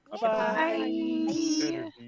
Bye